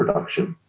production.